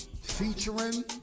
featuring